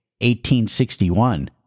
1861